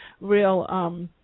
real